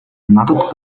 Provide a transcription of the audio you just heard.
надад